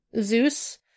Zeus